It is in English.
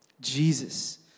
Jesus